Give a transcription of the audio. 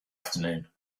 afternoon